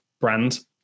brand